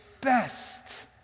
best